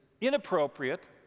inappropriate